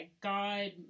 God